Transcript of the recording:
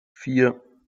vier